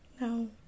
No